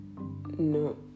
no